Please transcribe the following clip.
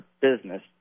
business